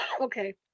Okay